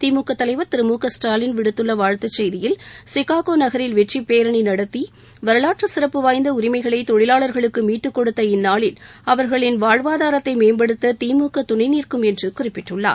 திமுக தலைவர் திரு மு க ஸ்டாலின் விடுத்துள்ள வாழ்த்து செய்தியில் சிக்காகோ நகரில் வெற்றி பேரனி நடத்தி வரலாற்று சிறப்பு வாய்ந்த உரிமைகளை தொழிலாளர்களுக்கு மீட்டுக்கொடுத்த இந்நாளில் அவர்களின் வாழ்வாதாரத்தை மேம்படுத்த திமுக துணை நிற்கும் என்று குறிப்பிட்டுள்ளார்